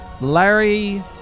Larry